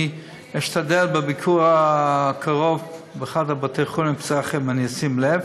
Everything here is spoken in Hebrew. אני אשתדל בביקור הקרוב באחד בתי החולים לשים לב,